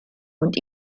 und